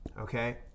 Okay